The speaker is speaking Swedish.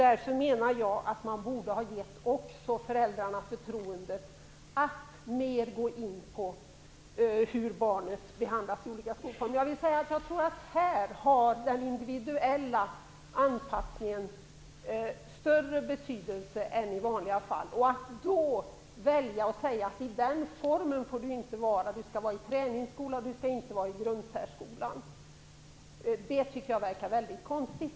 Därför borde man ha gett föräldrarna förtroende att mer gå in på hur barnen behandlas i olika skolformer. Här har den individuella anpassningen större betydelse än i vanliga fall. Att då säga vilken form som skall väljas - träningsskola eller grundsärskola - verkar väldigt konstigt.